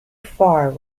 far